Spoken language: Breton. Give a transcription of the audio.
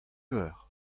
eur